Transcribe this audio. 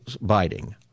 biting